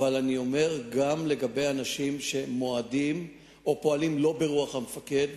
אבל אני אומר גם לגבי אנשים שמועדים או פועלים שלא לפי רוח המפקד,